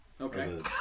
Okay